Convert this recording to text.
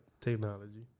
technology